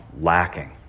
lacking